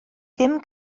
ddim